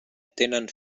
tenen